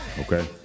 Okay